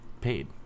paid